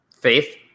faith